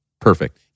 perfect